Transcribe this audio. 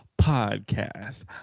Podcast